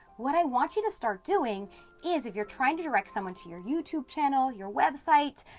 what i want you to start doing is if you're trying to direct someone to your youtube channel, your website,